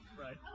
Right